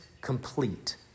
complete